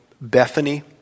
Bethany